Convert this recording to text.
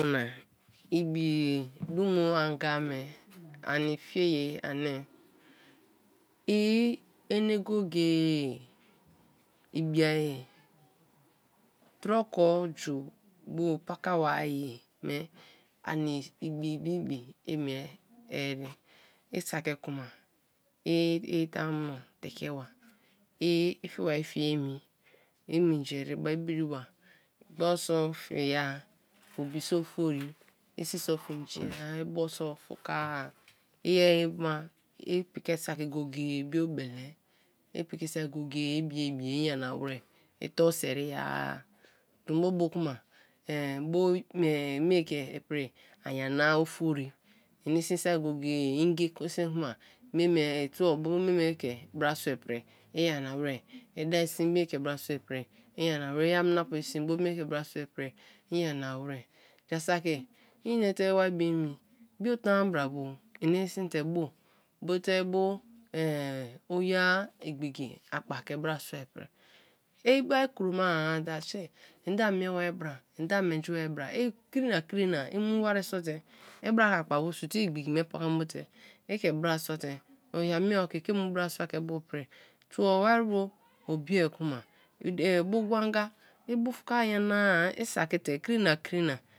Kma i bi dumo anga me ani fie ye ani, ene go-go-e ibi-a troko ju bo paka ma-i me ani ibi bi bi i mie ere, i saki kma i i tamuno teke ba, i i fie bai fiea emi, i minji ereba i bri ba, gboi so fe ya, obi so ofori, isi so finji ya, i bo so fuka-a, i yeri ma i piki saki go-go-e biobele, i piki saki go-go-e i be-e be-e i nyana wer, i torsheri-a, tombo bo kma bo eehn bo me ke-i pri, a nyana-a ofori, ini sin saki go-go-e, i-ngi i sin kma mei mei me i tuo bo mei me ke brasua pri, i nyana wer, i da-a sin bo me ke brasua pri, nyana wer, i ami napu i sin bo mei ko brasua i pri nyana wer. Jaa saki ini te wai bio emi bio tona bra bo ini sin te bo bo te bo eehn oye igbiki akpa ke brasua pri, i bai kroma-a that shei ende a mieba bra, ende a menji ba bra; i krina krina i wai so te i bra ke akpa su te igbiki me pakam bo te i ke brasua te, oya me-oki ke mu brasua ke ibu pri, tuo wari bo obi, kuma, bu gwa anga i bufka nyana-a i saki te krina krina.